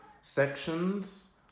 sections